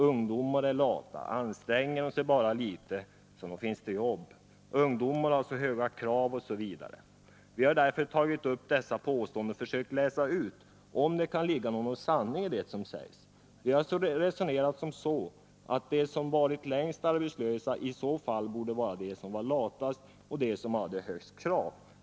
”Ungdomarna är lata”. ”Anstränger dom sig bara lite, nog finns det jobb. ”Ungdomarna har så höga krav” osv. Vi har därför tagit upp dessa påståenden och försökt läsa ut om det kan ligga någon sanning i det som sägs. Vi har resonerat som så att de som varit längst arbetslösa i så fall borde vara de som var latast och de som hade högst krav.